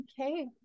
Okay